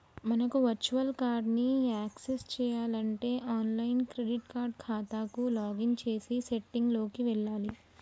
మనకు virtual card ని access చేయాలంటే ఆన్లైన్ క్రెడిట్ కార్డ్ ఖాతాకు లాగిన్ చేసి సెట్టింగ్ లోకి వెళ్లాలి